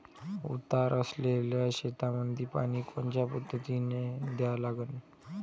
उतार असलेल्या शेतामंदी पानी कोनच्या पद्धतीने द्या लागन?